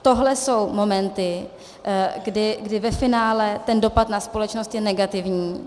Tohle jsou momenty, kdy ve finále dopad na společnost je negativní.